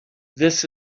this